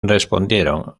respondieron